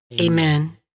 Amen